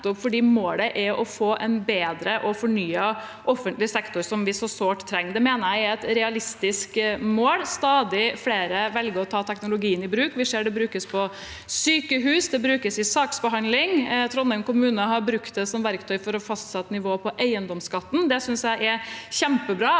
målet er å få en bedre og fornyet offentlig sektor, som vi så sårt trenger. Det mener jeg er et realistisk mål. Stadig flere velger å ta teknologien i bruk. Vi ser at det brukes på sykehus, det brukes i saksbehandling. Trondheim kommune har brukt det som verktøy for å fastsette nivået på eiendomsskatten. Det synes jeg er kjempebra.